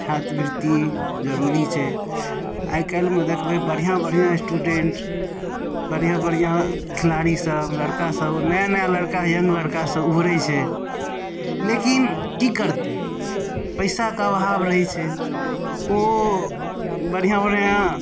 छात्रवृत्ति जरुरी छै आइकाल्हिमे देखबै बढ़िआँ बढ़िआँ स्टूडेंट बढ़िआँ बढ़िआँ खेलाड़ी सब लड़िका सब नया नया लड़का यंग लड़िका सब उभरै छै लेकिन की करतै पैसाके अभाव रहै छै ओ बढ़िआँ बढ़िआँ